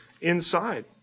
inside